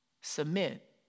submit